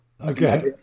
Okay